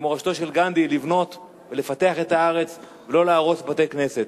כי מורשתו של גנדי היא לבנות ולפתח את הארץ ולא להרוס בתי-כנסת.